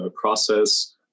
process